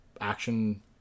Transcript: action